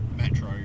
Metro